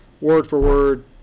word-for-word